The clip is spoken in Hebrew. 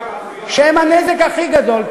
שהן הנזק הכי גדול,